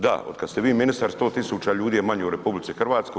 Da, otkada ste vi ministar 100 tisuća ljudi je manje u RH.